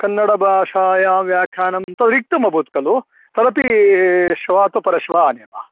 कन्नडभाषायाव्याखानं रिक्तमभवत् खलु तदपि श्वः अथवा परश्वः आनयामः